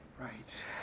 right